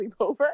sleepover